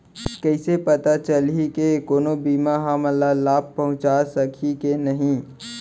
कइसे पता चलही के कोनो बीमा हमला लाभ पहूँचा सकही के नही